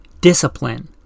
Discipline